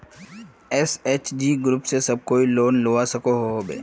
SHG group से सब कोई लोन लुबा सकोहो होबे?